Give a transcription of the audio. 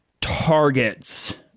targets